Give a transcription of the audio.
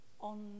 on